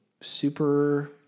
super